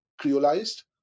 Creolized